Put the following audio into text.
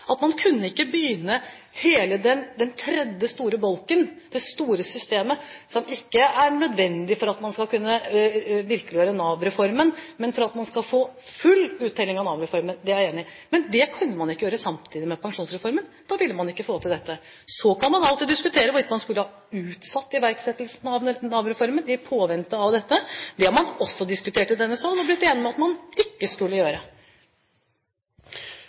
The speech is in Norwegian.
at man ikke kunne begynne hele den tredje, store bolken – det store systemet, som ikke er nødvendig for at man skal kunne virkeliggjøre Nav-reformen, men for at man skal få full uttelling av Nav-reformen – samtidig med pensjonsreformen. Da ville man ikke få til dette. Så kan man alltid diskutere hvorvidt man skulle ha utsatt iverksettelsen av Nav-reformen i påvente av dette. Det har man også diskutert i denne sal og blitt enig om at man ikke skulle gjøre.